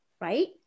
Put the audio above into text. right